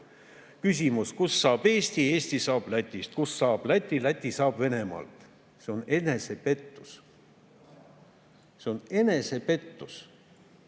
Küsimus: kust saab Eesti? Eesti saab Lätist. Kust saab Läti? Läti saab Venemaalt. See on enesepettus. See on enesepettus!